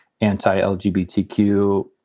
anti-LGBTQ